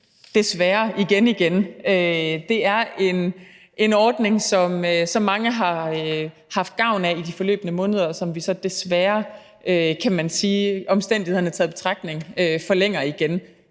desværre, igen igen. Det er en ordning, som mange har haft gavn af i de forløbne måneder, som vi så desværre, kan man sige, omstændighederne taget i betragtning forlænger igen.